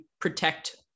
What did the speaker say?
protect